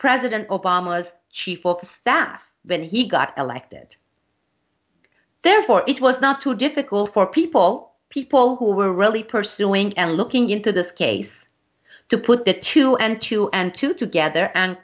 president obama's chief of staff when he got elected therefore it was not too difficult for people people who were really pursuing and looking into this case to put that two and two and two together and